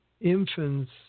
infants